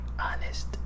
honest